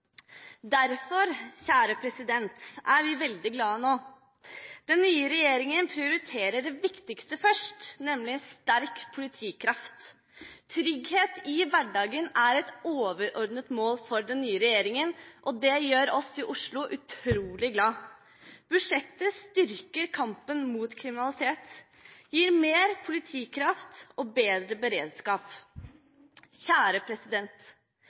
er vi veldig glade nå. Den nye regjeringen prioriterer det viktigste først, nemlig sterk politikraft. Trygghet i hverdagen er et overordnet mål for den nye regjeringen, og det gjør oss i Oslo utrolig glade. Budsjettet styrker kampen mot kriminalitet, gir mer politikraft og bedre beredskap.